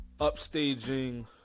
upstaging